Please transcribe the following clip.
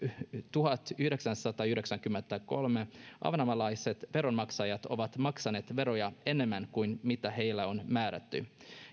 tuhatyhdeksänsataayhdeksänkymmentäkolme ahvenanmaalaiset veronmaksajat ovat maksaneet veroja enemmän kuin mitä heille on määrätty